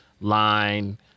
line